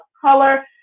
color